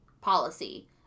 policy